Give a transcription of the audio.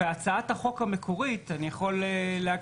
בעינינו,